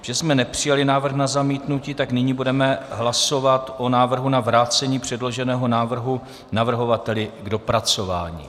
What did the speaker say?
Protože jsme nepřijali návrh na zamítnutí, tak nyní budeme hlasovat o návrhu na vrácení předloženého návrhu navrhovateli k dopracování.